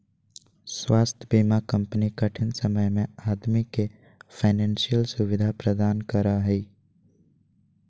स्वास्थ्य बीमा कंपनी कठिन समय में आदमी के फाइनेंशियल सुविधा प्रदान करा हइ